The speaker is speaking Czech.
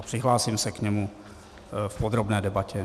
Přihlásím se k němu v podrobné debatě.